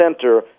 center